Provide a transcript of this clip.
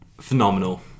Phenomenal